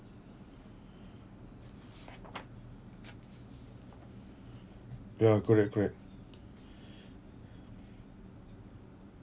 ya correct correct